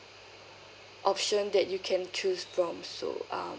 option that you can choose from so um